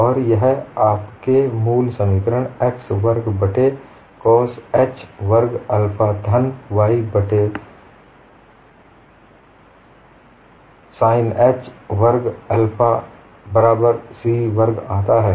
और यह आपके मूल समीकरण x वर्ग बट्टे cos h वर्ग अल्फा धन y वर्ग बट्टे sin h वर्ग अल्फा बराबर c वर्ग आता है